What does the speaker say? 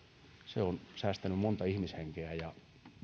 on säästänyt monta ihmishenkeä ja